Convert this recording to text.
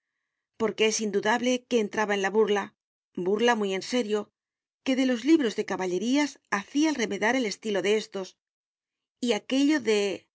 porque es indudable que entraba en la burlaburla muy en serioque de los libros de caballerías hacía el remedar el estilo de éstos y aquello de